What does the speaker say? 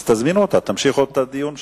אז תזמינו אותה, תמשיכו את הדיון שם.